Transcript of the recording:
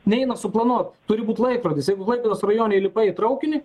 neina suplanuot turi būt laikrodis jeigu klaipėdos rajone įlipai į traukinį